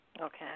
Okay